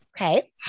Okay